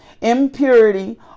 impurity